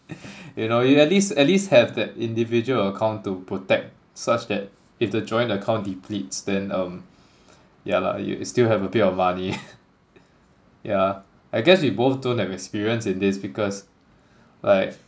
you know at least at least have that individual account to protect such that if the joint account depletes than um ya lah you still have a bit of money yeah I guess we both don't have experience in this because like